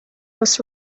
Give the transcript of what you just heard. was